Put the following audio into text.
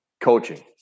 coaching